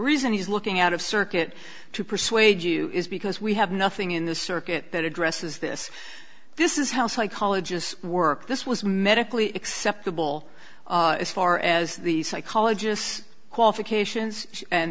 reason he's looking out of circuit to persuade you is because we have nothing in the circuit that addresses this this is how psychologists work this was medically acceptable as far as the psychologists qualifications and